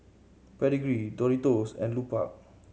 Pedigree Doritos and Lupark